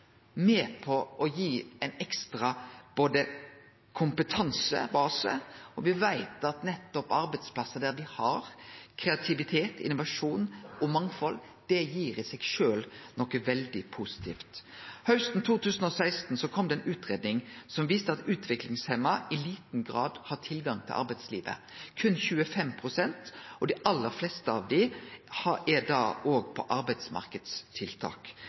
veit at arbeidsplassar der me har kreativitet, innovasjon og mangfald, gir i seg sjølv noko veldig positivt. Hausten 2016 kom det ei utgreiing som viste at utviklingshemma i liten grad har tilgang til arbeidslivet, berre 25 pst., og at dei aller fleste av dei er på arbeidsmarknadstiltak. Mitt spørsmål til statsministeren er